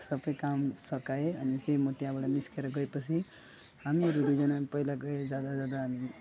सबै काम सकेँ अनि चैँ मो त्याँबड निस्केर गएपछि हामीहरू दुईजाना पहिला जाँदा जाँदा हामी